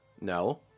No